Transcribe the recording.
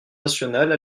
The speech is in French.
nationale